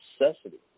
necessity